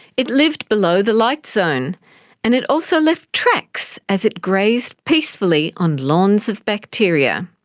it lived below the light zone and it also left tracks as it grazed peacefully on lawns of bacteria.